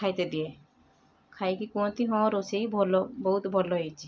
ଖାଇତେ ଦିଏ ଖାଇକି କୁହନ୍ତି ହଁ ରୋଷେଇ ଭଲ ବହୁତ ଭଲ ହେଇଛି